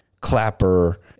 Clapper